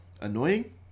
annoying